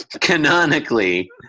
Canonically